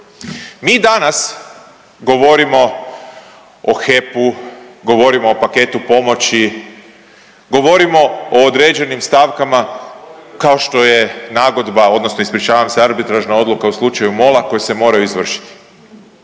Mi danas govorimo o HEP-u, govorimo o paketu pomoći, govorimo o određenim stavkama kao što je nagodba odnosno ispričavam se arbitražna odluka u slučaju MOL-a koji se moraju izvršiti,